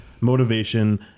motivation